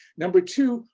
number two,